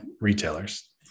retailers